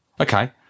Okay